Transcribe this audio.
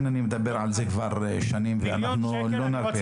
אני מדבר על זה כבר שנים ואנחנו לא נרפה.